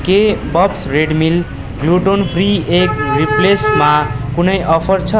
के Bob's Red Mill gluten free egg रिप्लेसमा कुनै अफर छ